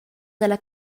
dalla